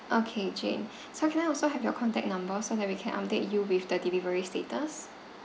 okay jane so can I also have your contact number so that we can update you with the delivery status